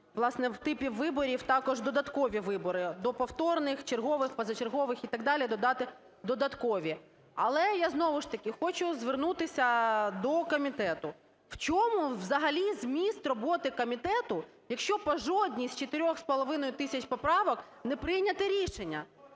власне, в типі виборів також додаткові вибори до повторних, чергових, позачергових і так далі додати додаткові. Але я знову ж таки хочу звернутися до комітету. В чому взагалі зміст роботи комітету, якщо по жодній з 4,5 тисяч поправок не прийнято рішення?